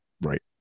Right